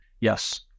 yes